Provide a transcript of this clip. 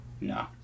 no